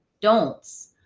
don'ts